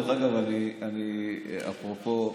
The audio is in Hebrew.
אפרופו,